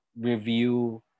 review